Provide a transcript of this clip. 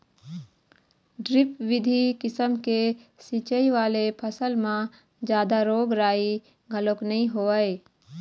drip बिधि किसम के सिंचई वाले फसल म जादा रोग राई घलोक नइ होवय